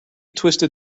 twisted